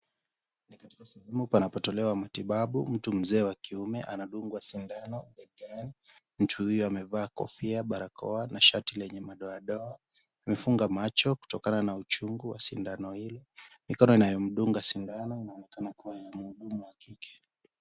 Ni katika sehemu panapotolewa matibabu, mtu mzee wa kiume anadungwa sindano na daktari. Mtu huyu amevaa kofia, barakoa na shati lenye madoadoa. Amefunga macho kutokana na uchungu wa sidano hiyo. Mikono inayomdunga sindano inaonekana kuwa ya mhudumu wa kike.